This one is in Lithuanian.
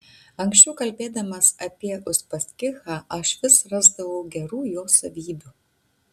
anksčiau kalbėdamas apie uspaskichą aš vis rasdavau gerų jo savybių